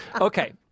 Okay